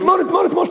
אתמול, אתמול, אתמול.